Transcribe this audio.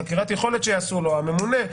בחקירת יכולת שיעשו לו הממונה,